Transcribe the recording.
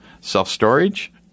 self-storage